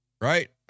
Right